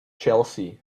chelsea